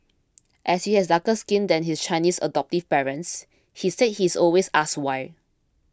as he has darker skin than his Chinese adoptive parents he said he is always asked why